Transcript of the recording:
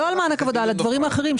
לא במענק עבודה אלא על הדברים האחרים.